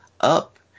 up